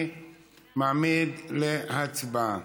אני מעמיד להצבעה.